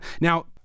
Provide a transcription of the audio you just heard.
Now